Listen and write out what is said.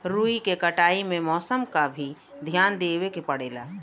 रुई के कटाई में मौसम क भी धियान देवे के पड़ेला